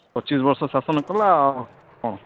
ପଚିଶ ବର୍ଷ ଶାସନ କଲା ଆଉ କ'ଣ